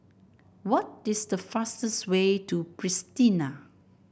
what this the fastest way to Pristina